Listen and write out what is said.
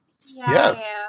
Yes